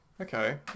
Okay